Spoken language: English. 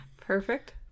perfect